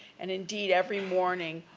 and, indeed, every morning,